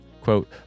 quote